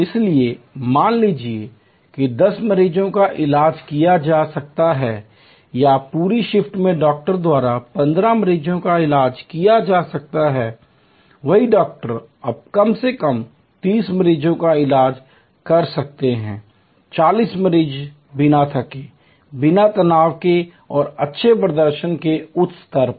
इसलिए मान लीजिए कि 10 मरीजों का इलाज किया जा सकता है या पूरी शिफ्ट में डॉक्टर द्वारा 15 मरीजों का इलाज किया जा सकता है वही डॉक्टर अब कम से कम 30 मरीजों का इलाज कर सकते हैं 40 मरीज बिना थके बिना तनाव के और अच्छे प्रदर्शन के उच्च स्तर पर